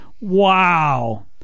Wow